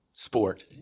sport